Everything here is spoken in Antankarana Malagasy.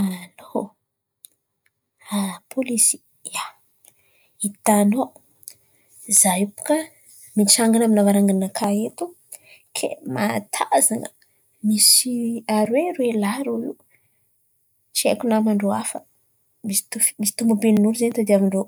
Alô, pôlisy! Ia, hitanao izaho bôkà mitsangana amin'ny lavaranganakà eto kay mahatazan̈a, misy aroe roe lahy irô tsy haiko naman-drô hafa. Misy tômôbily n'olo zen̈y tadiavin-drô